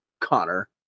Connor